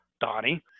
Donnie